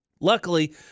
Luckily